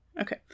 Okay